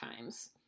times